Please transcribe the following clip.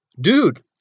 Dude